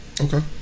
Okay